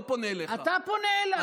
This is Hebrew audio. אתה פונה אליי.